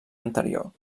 anterior